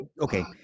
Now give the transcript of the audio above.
Okay